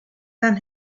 than